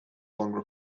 longer